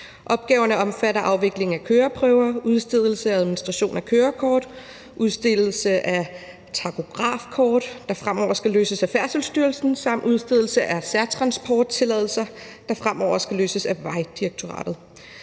Opgaverne omfatter afvikling af køreprøver, udstedelse og administration af kørekort og udstedelse af takografkort, der fremover skal løses af Færdselsstyrelsen, samt udstedelse af særtransporttilladelser, der fremover skal løses af Vejdirektoratet.